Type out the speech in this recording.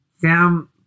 Sam